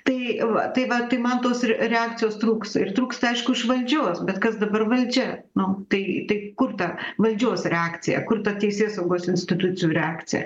tai va tai va tai man tos r reakcijos trūks ir trūksta aišku iš valdžios bet kas dabar valdžia nu tai tai kur ta valdžios reakcija kur ta teisėsaugos institucijų reakcija